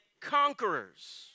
conquerors